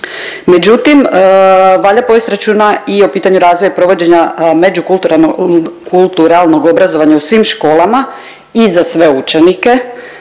Međutim, valja povesti računa i o pitanju razvoja provođenja međukulturalnog obrazovanja u svim školama i za sve učenike